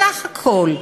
בסך הכול,